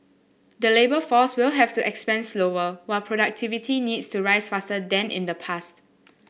the labour force will have to expand slower while productivity needs to rise faster than in the past